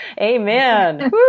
Amen